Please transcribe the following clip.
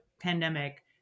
pandemic